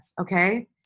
okay